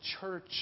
church